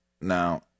Now